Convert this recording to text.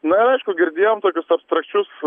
na ir aišku girdėjom tokius abstrakčius